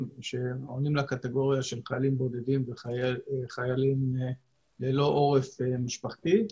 שעונים לקטגוריה של חיילים בודדים וחיילים ללא עורף משפחתי.